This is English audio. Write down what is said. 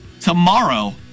tomorrow